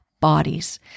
bodies